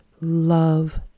Love